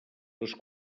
les